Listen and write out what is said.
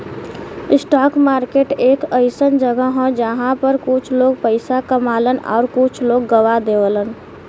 stock market एक अइसन जगह हौ जहां पर कुछ लोग पइसा कमालन आउर कुछ लोग गवा देलन